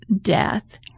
death